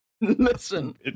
Listen